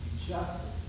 justice